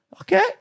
Okay